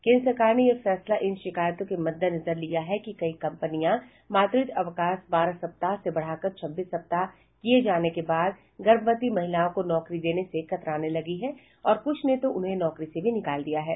केन्द्र सरकार ने यह फैसला इन शिकायतों के मद्देनजर लिया है कि कई कंपनियां मातृत्व अवकाश बारह सप्ताह से बढ़ाकर छब्बीस सप्ताह किए जाने के बाद गर्भवती महिलाओं को नौकरी देने से कतराने लगी हैं और कुछ ने तो उन्हें नौकरी से निकाल भी दिया है